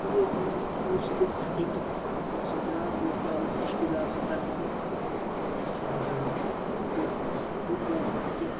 پتہٕ گٔے کٲم اَکہِ دۄہ وۄنی چھِ تہٕ بیٚکہِ دۄہ اوس اَسہِ بیٛاکھ لٔڑکہٕ آو اَسہِ رِشتہٕ دار سُہ درٛاو نٮ۪بَر تٔمِس کھیٚیَن زَنٛگ تہٕ یہِ تہِ باسیو مےٚ کہِ